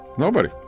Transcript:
nobody.